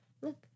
Look